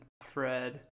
Fred